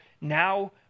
now